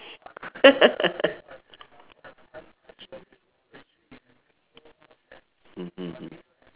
mmhmm